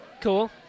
Cool